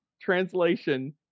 translation